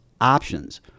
options